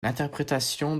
l’interprétation